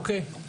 אוקיי.